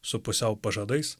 su pusiau pažadais